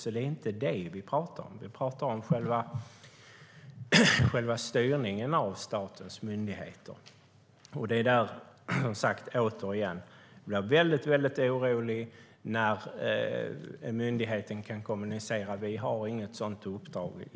Det är alltså inte det vi talar om, utan vi talar om själva styrningen av statens myndigheter. Jag blir som sagt väldigt orolig när myndigheten kan kommunicera att den inte har ett sådant uppdrag.